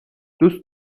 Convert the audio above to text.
دوست